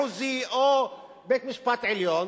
בבית-משפט מחוזי או בבית-המשפט העליון,